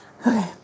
Okay